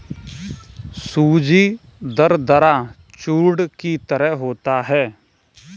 सूजी दरदरा चूर्ण की तरह होता है